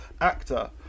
actor